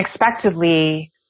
unexpectedly